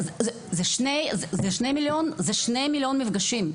זה 2 מיליון מפגשים.